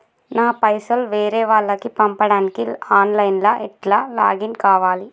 నా పైసల్ వేరే వాళ్లకి పంపడానికి ఆన్ లైన్ లా ఎట్ల లాగిన్ కావాలి?